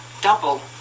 double